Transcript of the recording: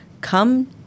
Come